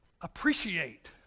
appreciate